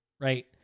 right